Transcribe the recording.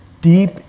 deep